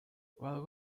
while